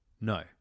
No